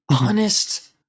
honest